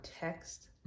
text